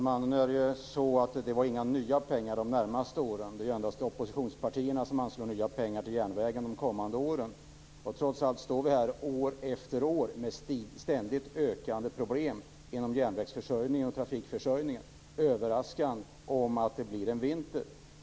Herr talman! Det är inga nya pengar för de närmaste åren. Det är endast oppositionspartierna som anslår nya pengar till järnvägen för de kommande åren. Trots allt står vi här år efter år med ständigt ökande problem inom järnvägs och trafikförsörjningen - överraskade av att det blir en vinter.